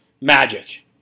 Magic